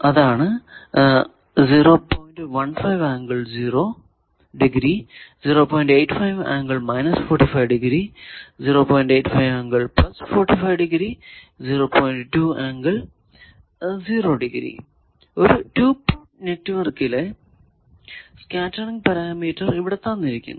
അതാണ് ഒരു 2 പോർട്ട് നെറ്റ്വർക്കിലെ സ്കേറ്ററിങ് പാരാമീറ്റർ ഇവിടെ തന്നിരിക്കുന്നു